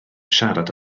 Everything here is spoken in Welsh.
siarad